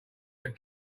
that